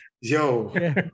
Yo